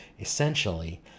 Essentially